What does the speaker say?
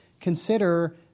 Consider